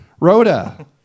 Rhoda